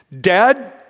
Dad